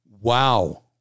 Wow